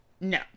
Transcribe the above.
no